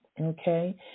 Okay